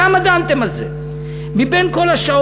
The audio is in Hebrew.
כמה דנתם על זה מבין כל השעות,